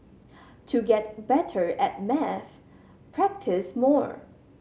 to get better at maths practise more